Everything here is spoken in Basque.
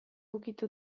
ukitu